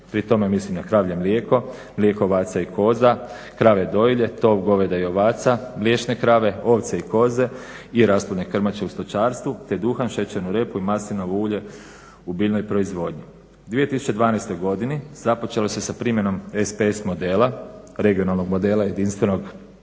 Pri tome mislim na kravlje mlijeko, mlijeko ovaca i koza, krave dojilje, tov goveda i ovaca, mliječne krave, ovce i koze i rasplodne krmače u stočarstvu te duhan, šećernu repu i maslinovo ulje u biljnoj proizvodnji. U 2012. godini započelo se sa primjenom SPS modela, regionalnog modela jedinstvenog izravnog